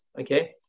Okay